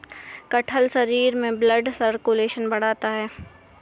कटहल शरीर में ब्लड सर्कुलेशन बढ़ाता है